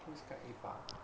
who's kak epah